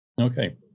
Okay